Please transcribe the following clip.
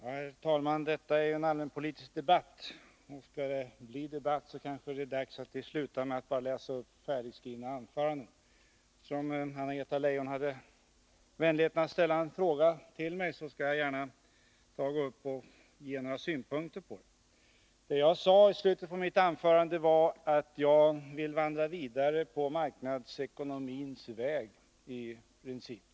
Herr talman! Detta är en allmänpolitisk debatt, och skall det bli debatt kanske det är dags att vi slutar med att läsa upp färdigskrivna anföranden. Anna-Greta Leijon hade vänligheten att ställa en fråga till mig som jag gärna skall ge några synpunkter på. Det jag sade i slutet av mitt anförande var att jag vill vandra vidare på marknadsekonomins väg, i princip.